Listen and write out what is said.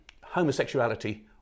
homosexuality